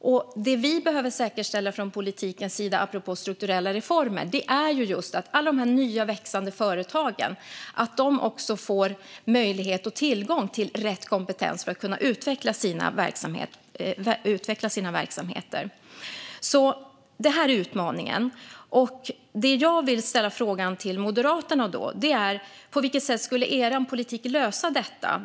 Vad vi från politikens sida behöver säkerställa, apropå strukturella reformer, är att de nya växande företagen får möjlighet och tillgång till rätt kompetens för att kunna utveckla sina verksamheter. Detta är utmaningen. Min fråga till Moderaterna är: På vilket sätt skulle er politik lösa detta?